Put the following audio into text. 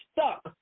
stuck